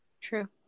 True